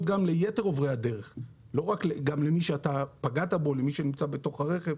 גם ליתר עוברי הדרך ולא רק למי שפגעת בו או נמצא בתוך הרכב.